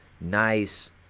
nice